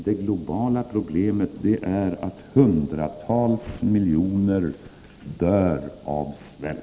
Det globala problemet är att hundratals miljoner dör av svält.